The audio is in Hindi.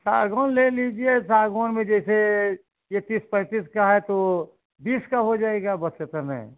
सागौन ले लीजिए सागौन में जैसे ये तीस पैंतीस का है तो बस इस समय